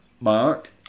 Mark